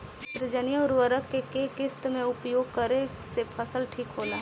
नेत्रजनीय उर्वरक के केय किस्त मे उपयोग करे से फसल ठीक होला?